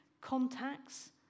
contacts